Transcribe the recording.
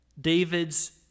David's